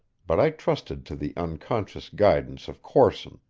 but i trusted to the unconscious guidance of corson,